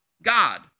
God